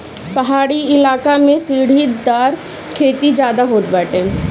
पहाड़ी इलाका में सीढ़ीदार खेती ज्यादा होत बाटे